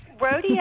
Rodeo